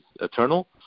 eternal